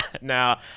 now